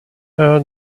heard